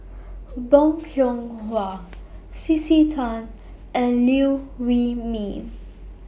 Bong Hiong Hwa C C Tan and Liew Wee Mee